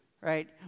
Right